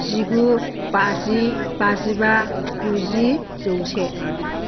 जिगु बाजि बाजिबा गुजि जौसे